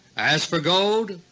as for gold,